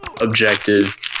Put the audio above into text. objective